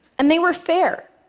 and they were fair.